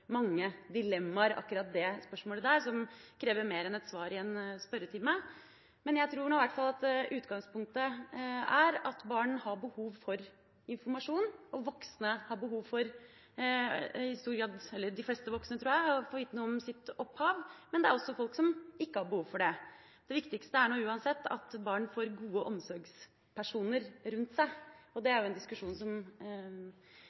mange dilemmaer, som krever mer enn ett svar i én spørretime. Jeg tror i hvert fall at utgangspunktet er at barn har behov for informasjon, og at de fleste voksne har behov for å få vite noe om sitt opphav, men det er også folk som ikke har behov for det. Det viktigste er uansett at barn får gode omsorgspersoner rundt seg, og det